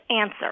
answer